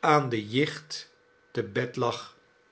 aan de jicht te bed lag